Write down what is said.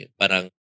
parang